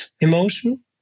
emotion